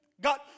God